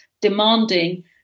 demanding